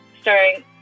starring